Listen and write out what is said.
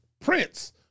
Prince